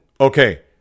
Okay